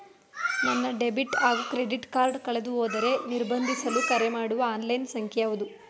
ನನ್ನ ಡೆಬಿಟ್ ಹಾಗೂ credit card ಕಳೆದುಹೋದರೆ ನಿರ್ಬಂಧಿಸಲು ಕರೆಮಾಡುವ ಆನ್ಲೈನ್ ಸಂಖ್ಯೆಯಾವುದು?